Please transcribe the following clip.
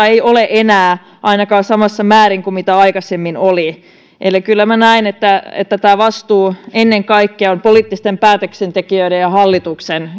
ei ole enää ainakaan samassa määrin kuin aikaisemmin oli eli kyllä näen että että tämä vastuu ennen kaikkea on poliittisten päätöksentekijöiden ja hallituksen